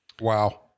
Wow